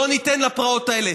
לא ניתן לפרעות האלה,